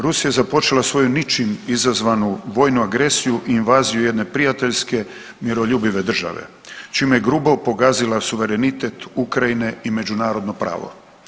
Rusija je započela svoju ničim izazvanu vojnu agresiju i invaziju jedne prijateljske miroljubive države, čime je grubo pogazila suverenitet Ukrajine i međunarodno pravo.